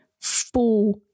four